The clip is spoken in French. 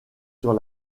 sur